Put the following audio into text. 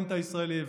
בפרלמנט הישראלי.